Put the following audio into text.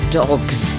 dogs